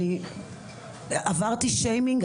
עברתי שיימיג,